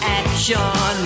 action